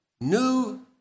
new